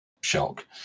shock